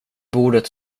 bordet